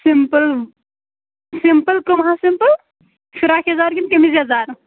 simple simple کُم حظ simple frock یزار کِنہ قٔمیز یزار